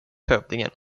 hövdingen